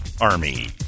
Army